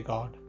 God